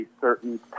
certain